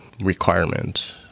Requirement